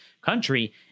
country